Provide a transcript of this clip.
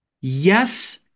Yes